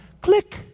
Click